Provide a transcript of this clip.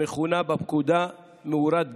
המכונה בפקודה "מאורת בידוד"